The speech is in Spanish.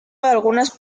algunas